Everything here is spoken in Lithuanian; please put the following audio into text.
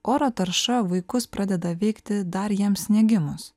oro tarša vaikus pradeda veikti dar jiems negimus